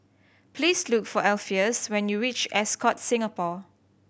please look for Alpheus when you reach Ascott Singapore